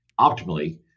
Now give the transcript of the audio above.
optimally